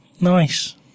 Nice